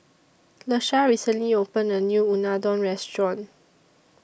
Lesha recently opened A New Unadon Restaurant